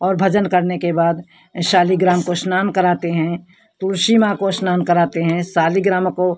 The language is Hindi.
और भजन करने के बाद शालिग्राम को स्नान कराते हैं तुलसी माँ को स्नान कराते हैं शालिग्राम को